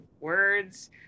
words